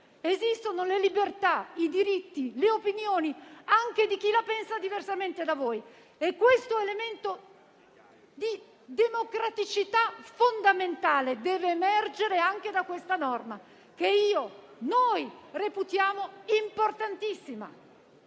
Esistono le libertà, i diritti, le opinioni anche di chi la pensa diversamente da voi. E questo elemento di democraticità fondamentale deve emergere anche da questa norma che noi reputiamo importantissima